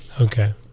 Okay